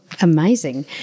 amazing